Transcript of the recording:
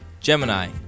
Gemini